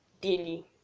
daily